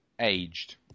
Aged